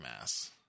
Mass